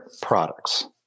products